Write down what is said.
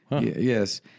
Yes